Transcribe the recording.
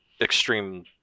extreme